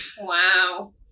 Wow